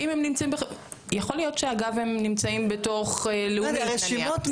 יכול להיות, אגב, שהם נמצאים בתוך לאומית נניח.